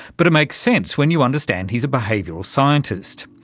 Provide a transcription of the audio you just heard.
but it makes sense when you understand he's a behavioural scientist.